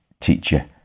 teacher